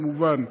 כמובן.